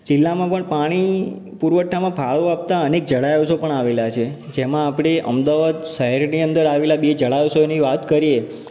જિલ્લામાં પણ પાણી પુરવઠામાં ફાળો આપતાં અનેક જળાશયો પણ આવેલાં છે જેમાં આપણે અમદાવાદ શહેરની અંદર આવેલાં બે જળાશયોની વાત કરીએ